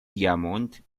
diamond